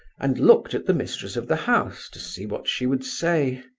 and looked at the mistress of the house, to see what she would say.